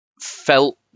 Felt